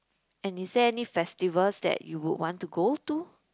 and is there any festivals that you would want to go to